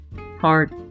heart